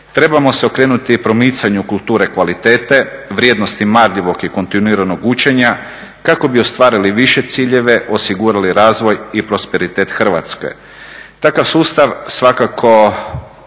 Trebamo se okrenuti promicanju kulture kvalitete, vrijednosti marljivog i kontinuiranog učenja kako bi ostvarili više ciljeve, osigurali razvoj i prosperitet Hrvatske. Takav sustav svakako